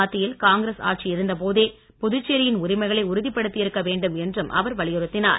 மத்தியில் காங்கிரஸ் ஆட்சி இருந்தபோதே புதுச்சேரியின் உரிமைகளை உறுதிப்படுத்தி இருக்க வேண்டும் என்றும் அவர் வலியுறுத்தினார்